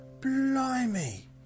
Blimey